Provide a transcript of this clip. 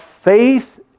faith